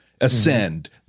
ascend